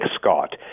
Scott